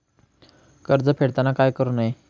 कर्ज फेडताना काय करु नये?